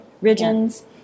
regions